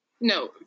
no